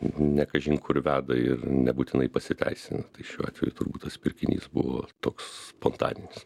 ne kažin kur veda ir nebūtinai pasiteisina tai šiuo atveju turbūt tas pirkinys buvo toks spontaninis